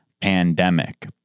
pandemic